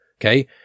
Okay